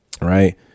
right